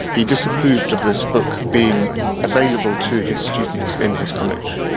he disapproved of this book being available to his students in his college.